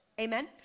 Amen